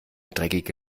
dreckige